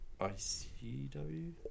ICW